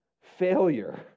failure